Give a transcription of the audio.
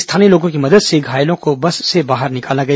स्थानीय लोगों की मदद से घायलों को बस से बाहर निकाला गया